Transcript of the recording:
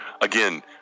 again